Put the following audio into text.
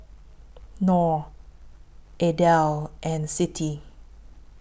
Nor Aidil and Siti